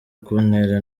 kuntera